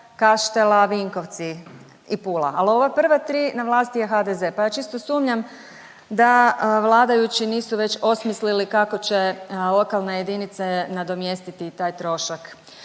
Kaštela, Vinkovci i Pula, ali ova prva tri na vlasti je HDZ pa ja čisto sumnjam da vladajući nisu već osmislili kako će lokalne jedinice nadomjestiti taj trošak.